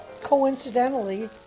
coincidentally